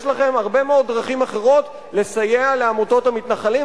יש לכם הרבה מאוד דרכים אחרות לסייע לעמותות המתנחלים,